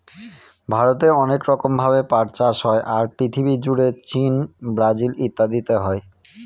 ভারতে অনেক রকম ভাবে পাট চাষ হয়, আর পৃথিবী জুড়ে চীন, ব্রাজিল ইত্যাদিতে হয়